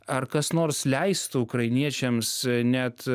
ar kas nors leistų ukrainiečiams net